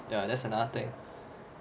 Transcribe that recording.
ya that's another thing